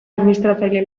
administratzaile